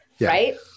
right